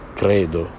credo